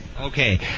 Okay